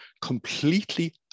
completely